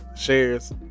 shares